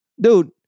Dude